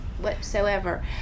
Whatsoever